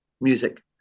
music